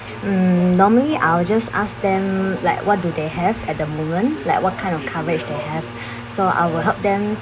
mm normally I will just ask them like what do they have at the moment like what kind of coverage they have so I will help them